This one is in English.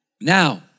Now